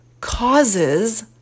causes